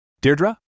Deirdre